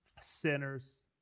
Sinners